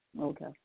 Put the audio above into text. Okay